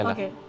Okay